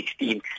2016